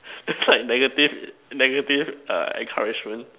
just write negative negative uh encouragement